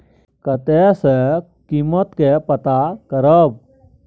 कतय सॅ कीमत के पता करब?